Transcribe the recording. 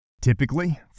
Typically